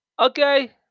Okay